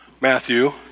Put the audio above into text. Matthew